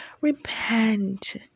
Repent